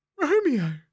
romeo